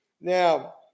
Now